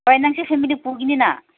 ꯍꯣꯏ ꯅꯪꯁꯤ ꯐꯦꯃꯤꯂꯤ ꯄꯨꯒꯤꯅꯤꯅ